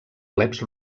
plebs